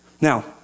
Now